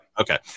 Okay